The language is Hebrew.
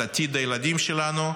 את עתיד הילדים שלנו,